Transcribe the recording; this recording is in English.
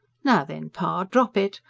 now then, pa, drop it.